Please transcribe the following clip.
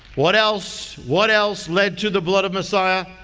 what else, what else led to the blood of messiah?